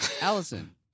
allison